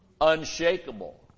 unshakable